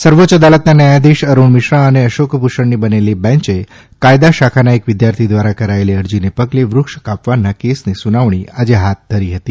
સર્વોચ્ય અદાલતના ન્યાયાધીશ અરૂણ મિશ્રા અને અશોક ભુષણની બનેલી બેન્ચે કાયદા શાખાના એક વિદ્યાર્થી દ્વારા કરાયેલી અરજીને પગલે વૃક્ષ કાપવાના કેસની સુનવણી આજે હાથ ધરી હતી